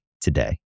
today